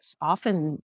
often